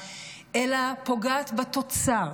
היא פוגעת בתוצר,